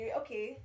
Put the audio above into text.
okay